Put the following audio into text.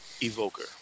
evoker